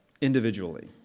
individually